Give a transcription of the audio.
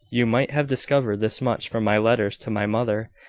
you might have discovered this much from my letters to my mother.